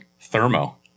thermo